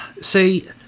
See